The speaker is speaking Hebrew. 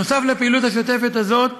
נוסף על הפעילות השוטפת הזאת,